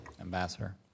Ambassador